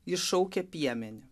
jis šaukė piemenį